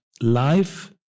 life